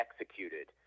executed